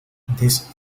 this